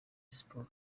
siporo